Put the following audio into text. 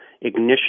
ignition